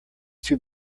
too